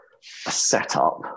setup